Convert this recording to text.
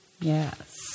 Yes